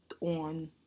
on